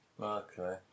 Okay